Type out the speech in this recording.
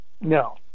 no